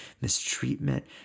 mistreatment